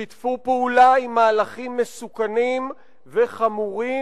שיתפו פעולה עם מהלכים מסוכנים וחמורים